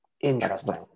Interesting